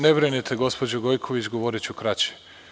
Ne brinite gospođo Gojković, govoriću kraće.